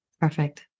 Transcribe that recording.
Perfect